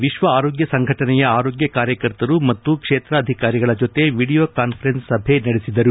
ವಿಶ್ವ ಆರೋಗ್ಯ ಸಂಘಟನೆಯ ಆರೋಗ್ಯ ಕಾರ್ಯಕರ್ತರು ಮತ್ತು ಕ್ಷೇತ್ರಾಧಿಕಾರಿಗಳ ಜತೆ ವೀಡಿಯೊ ಕಾನ್ಫರೆನ್ಸ್ ಸಭೆ ನಡೆಸಿದರು